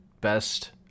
best